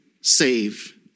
save